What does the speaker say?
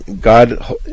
God